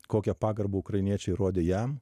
kokią pagarbą ukrainiečiai rodė jam